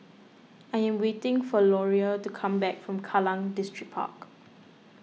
I am waiting for Loria to come back from Kallang Distripark